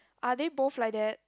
are they both like that